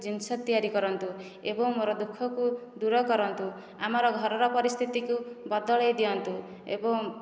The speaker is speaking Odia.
ଜିନିଷ ତିଆରି କରନ୍ତୁ ଏବଂ ମୋର ଦୁଃଖକୁ ଦୂର କରନ୍ତୁ ଆମର ଘରର ପରିସ୍ଥିତିକୁ ବଦଳେଇ ଦିଅନ୍ତୁ ଏବଂ